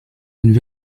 and